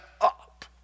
up